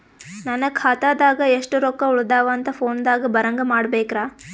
ನನ್ನ ಖಾತಾದಾಗ ಎಷ್ಟ ರೊಕ್ಕ ಉಳದಾವ ಅಂತ ಫೋನ ದಾಗ ಬರಂಗ ಮಾಡ ಬೇಕ್ರಾ?